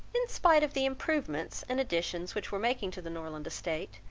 in spite of the improvements and additions which were making to the norland estate,